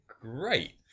great